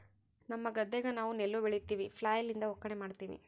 ನಮ್ಮ ಗದ್ದೆಗ ನಾವು ನೆಲ್ಲು ಬೆಳಿತಿವಿ, ಫ್ಲ್ಯಾಯ್ಲ್ ಲಿಂದ ಒಕ್ಕಣೆ ಮಾಡ್ತಿವಿ